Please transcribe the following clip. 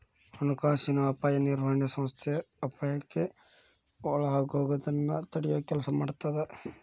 ಹಣಕಾಸಿನ ಅಪಾಯ ನಿರ್ವಹಣೆ ಸಂಸ್ಥೆ ಅಪಾಯಕ್ಕ ಒಳಗಾಗೋದನ್ನ ತಡಿಯೊ ಕೆಲ್ಸ ಮಾಡತ್ತ